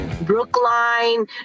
brookline